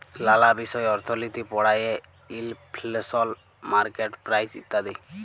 লালা বিষয় অর্থলিতি পড়ায়ে ইলফ্লেশল, মার্কেট প্রাইস ইত্যাদি